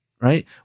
right